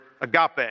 agape